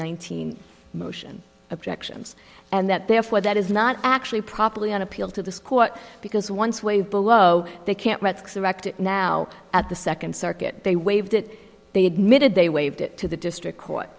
nineteen motion objections and that therefore that is not actually properly on appeal to the court because once way below they can't read now at the second circuit they waived it they admitted they waived it to the district court